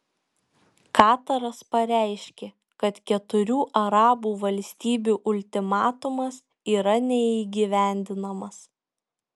kataras pareiškė kad keturių arabų valstybių ultimatumas yra neįgyvendinamas